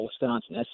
Wisconsin